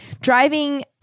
driving